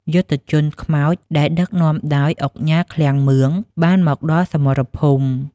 យុទ្ធជនខ្មោចដែលដឹកនាំដោយឧកញ៉ា ឃ្លាំងមឿង បានមកដល់សមរភូមិ។